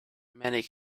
many